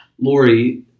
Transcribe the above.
Lori